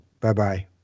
Bye-bye